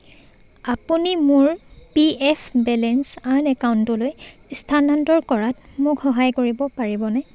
আপুনি মোৰ P F balance আন একাউণ্টলৈ স্থানান্তৰ কৰাত মোক সহায় কৰিব পাৰিবনে